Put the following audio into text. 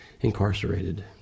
incarcerated